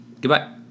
Goodbye